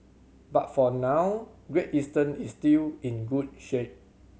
but for now Great Eastern is still in good shape